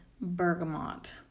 bergamot